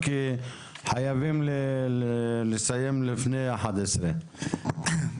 אם נחרוג משעה 11:00,